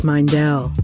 Mindell